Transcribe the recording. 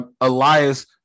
Elias